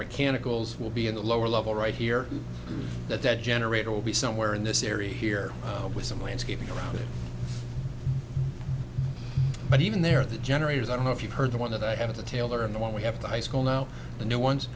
mechanicals will be in the lower level right here that the generator will be somewhere in this area here with some landscaping around it but even there the generators i don't know if you heard the one that i had to taylor and the one we have to high school now the new ones